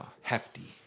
hefty